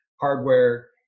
hardware